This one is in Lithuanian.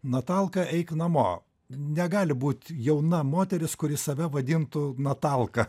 natalka eik namo negali būti jauna moteris kuri save vadintų natalka